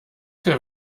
der